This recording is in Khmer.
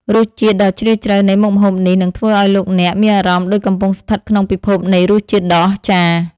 រសជាតិដ៏ជ្រាលជ្រៅនៃមុខម្ហូបនេះនឹងធ្វើឱ្យលោកអ្នកមានអារម្មណ៍ដូចកំពុងស្ថិតក្នុងពិភពនៃរសជាតិដ៏អស្ចារ្យ។